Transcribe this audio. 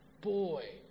boy